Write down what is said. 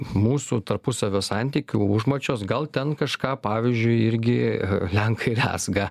mūsų tarpusavio santykių užmačios gal ten kažką pavyzdžiui irgi lenkai rezga